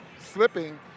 slipping